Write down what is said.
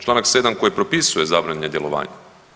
Članak 7. koji propisuje zabrane djelovanja.